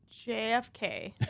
JFK